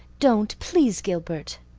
don't please, gilbert.